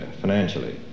financially